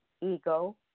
ego